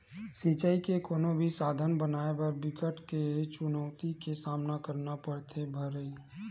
सिचई के कोनो भी साधन बनाए बर बिकट के चुनउती के सामना करना परथे भइर